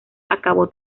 acabó